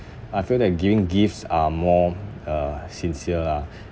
I feel that giving gifts are more uh sincere lah